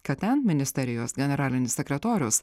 kad ten ministerijos generalinis sekretorius